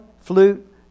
flute